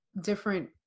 different